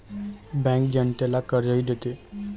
bank जनतेला कर्जही देते